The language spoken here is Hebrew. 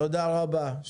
תודה רבה.